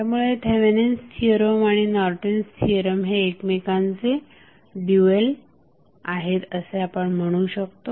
त्यामुळे Thevenin's theorem आणि Norton's theorem हे एकमेकांचे ड्युएल आहेत असे आपण म्हणू शकतो